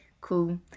Cool